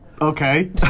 Okay